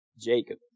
Jacob